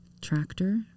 tractor